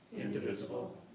indivisible